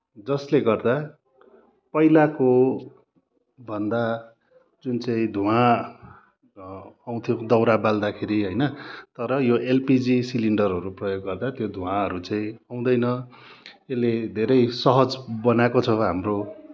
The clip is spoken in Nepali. जसले गर्दा पहिलाकोभन्दा जुन चाहिँ धुवाँ आउँथ्यो दाउरा बाल्दाखेरि होइन तर यो एलपिजी सिलिन्डरहरू प्रयोग गर्दा त्यो धुवाँहरू चाहिँ आउँदैन त्यसले धेरै सहज बनाएको छ हाम्रो